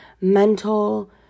mental